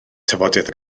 tafodiaith